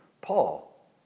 Paul